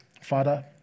Father